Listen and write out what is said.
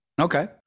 Okay